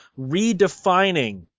redefining